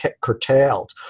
curtailed